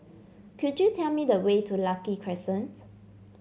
could you tell me the way to Lucky Crescent